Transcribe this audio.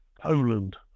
Poland